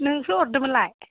नोंसो हरदोंमोन लाय